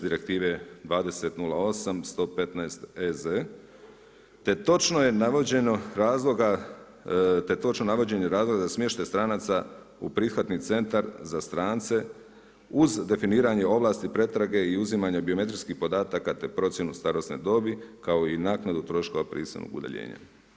Direktive 2008//115EZ, te točno je navođeno razloga, te točno navođenje razloga za smještaj stranaca u prihvatni centar za strance uz definiranje ovlasti pretrage i uzimanje biometrijskih podataka, te procjenu starosne dobi, kao i naknadu troškova prisilnog udaljenja.